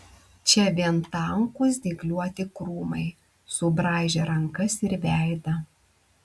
čia vien tankūs dygliuoti krūmai subraižę rankas ir veidą